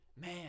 Man